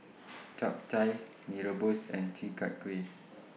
Chap Chai Mee Rebus and Chi Kak Kuih